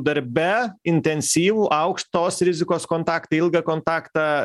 darbe intensyvų aukštos rizikos kontaktą ilgą kontaktą